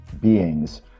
beings